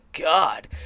God